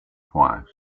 twice